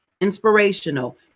inspirational